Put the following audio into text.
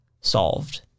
solved